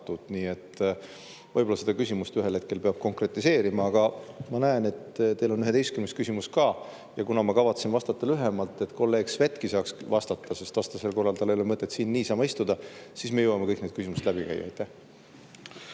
peab seda küsimust ühel hetkel konkretiseerima, aga ma näen, et teil on ka 11. küsimus. Kuna ma kavatsen vastata lühemalt, et kolleeg Svetki saaks vastata, sest vastasel korral ei ole tal mõtet siin niisama istuda, siis me jõuame kõik need küsimused läbi käia.